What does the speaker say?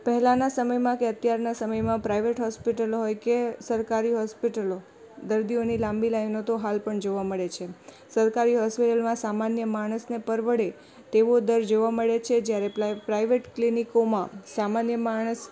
પહેલાંના સમયમાં કે અત્યારના સમયમાં પ્રાઇવેટ હૉસ્પિટલો હોય કે સરકારી હૉસ્પિટલો દર્દીઓની લાંબી લાઇનો તો હાલ પણ જોવા મળે છે સરકારી હૉસ્પિટલમાં સામાન્ય માણસને પરવડે તેવો દર જોવા મળે છે જ્યારે પ્લાય પ્રાઇવેટ ક્લિનિકોમાં સામાન્ય માણસ